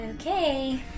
Okay